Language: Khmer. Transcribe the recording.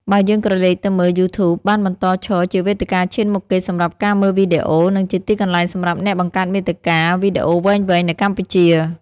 បើយើងក្រឡេកទៅមើល យូធូប បានបន្តឈរជាវេទិកាឈានមុខគេសម្រាប់ការមើលវីដេអូ និងជាទីកន្លែងសម្រាប់អ្នកបង្កើតមាតិកាវីដេអូវែងៗនៅកម្ពុជា។